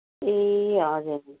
ए हजुर हजुर